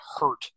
hurt